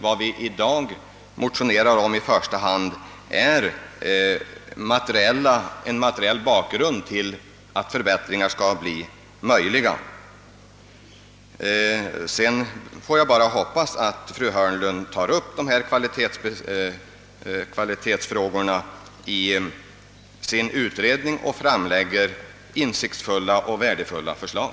Vad vi i dag motionerar om är en materiell bakgrund för att förbättringar skall bli möjliga så snart som möjligt. Jag får till sist uttala förhoppningen att fru Hörnlund tar upp dessa kvalitetsfrågor i sin utredning och framlägger insiktsfulla och värdefulla förslag.